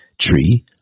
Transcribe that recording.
tree